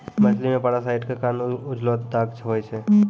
मछली मे पारासाइट क कारण उजलो दाग होय छै